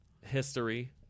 history